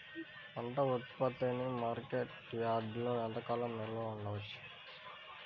పంట ఉత్పత్తిని మార్కెట్ యార్డ్లలో ఎంతకాలం నిల్వ ఉంచవచ్చు?